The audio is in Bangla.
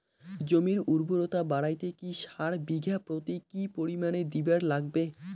জমির উর্বরতা বাড়াইতে কি সার বিঘা প্রতি কি পরিমাণে দিবার লাগবে?